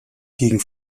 gegen